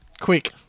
Quick